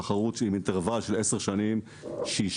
תחרות עם אינטרוול של עשר שנים שהשפיעה